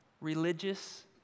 religious